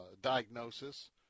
diagnosis